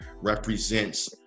represents